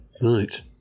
Right